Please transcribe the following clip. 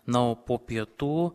na o po pietų